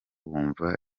bumva